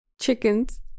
chickens